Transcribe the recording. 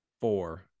four